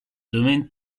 domaine